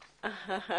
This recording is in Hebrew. ב-זום.